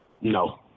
No